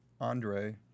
Andre